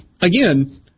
again